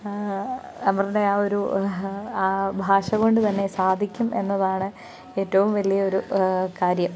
അവരുടെ ആ ഒരു ആ ഭാഷകൊണ്ട്തന്നെ സാധിക്കും എന്നതാണ് ഏറ്റവും വലിയ ഒരു കാര്യം